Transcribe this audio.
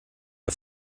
der